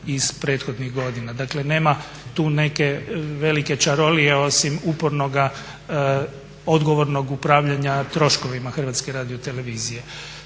iz prethodnih godina. Dakle, nema tu neke velike čarolije osim upornoga odgovornog upravljanja troškovima Hrvatske radiotelevizije.